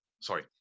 sorry